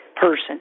person